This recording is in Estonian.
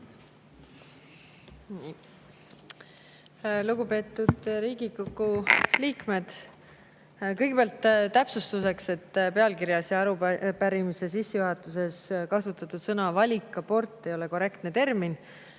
Lugupeetud Riigikogu liikmed! Kõigepealt täpsustuseks: pealkirjas ja arupärimise sissejuhatuses kasutatud sõna "abort" ei ole korrektne termin.